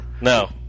No